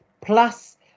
Plus